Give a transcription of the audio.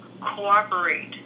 Cooperate